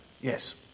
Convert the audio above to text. Yes